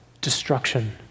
destruction